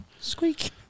Squeak